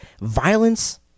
violence